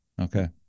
Okay